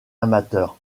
amateur